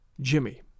Jimmy